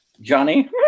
Johnny